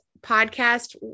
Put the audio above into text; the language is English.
podcast